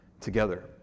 together